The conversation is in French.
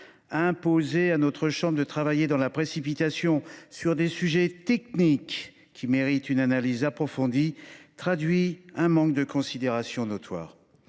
Imposer à notre chambre de travailler dans la précipitation sur des sujets techniques qui méritent une analyse approfondie trahit un manque de considération extrême.